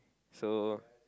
so